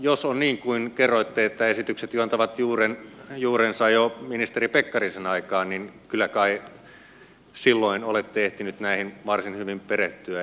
jos on niin kuin kerroitte että esitykset juontavat juurensa jo ministeri pekkarisen aikaan niin kyllä kai silloin olette ehtinyt näihin varsin hyvin perehtyä